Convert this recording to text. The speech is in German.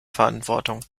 verantwortung